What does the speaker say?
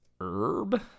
herb